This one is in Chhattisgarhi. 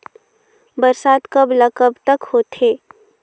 बरसात कब ल कब तक होथे?